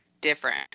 different